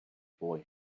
boy